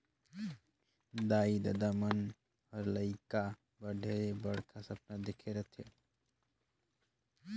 दाई ददा मन हर लेइका बर ढेरे बड़खा सपना देखे रथें